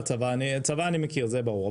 צבא אני מכיר, זה ברור.